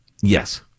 Yes